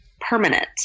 permanent